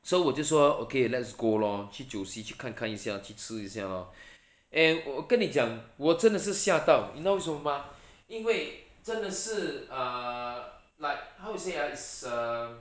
so 我就说 okay let's go lor 去酒席去看看一下去吃一下 lor and 我跟你讲我真的是吓到你知道为什么吗 因为真的是 err like how to say ah it's uh